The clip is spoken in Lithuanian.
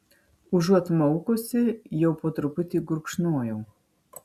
užuot maukusi jau po truputį gurkšnojau